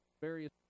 various